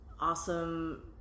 awesome